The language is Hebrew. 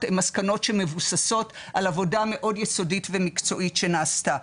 המסקנות הן מסקנות שמבוססות על עבודה מאוד יסודית ומקצועית שנעשתה.